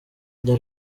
njya